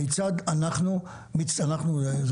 כיצד אנחנו הממסד,